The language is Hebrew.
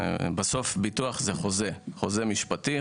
להבין שביטוח זה חוזה משפטי,